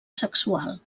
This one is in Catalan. sexual